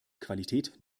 qualität